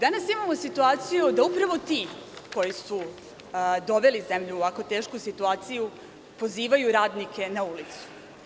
Danas imamo situaciju da upravo ti koji su doveli zemlju u ovako tešku situaciju pozivaju radnike na ulicu.